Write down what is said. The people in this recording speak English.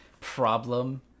problem